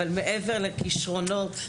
אבל מעבר לכישרונות,